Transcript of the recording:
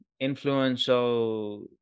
influential